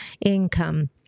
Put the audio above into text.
income